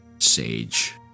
Sage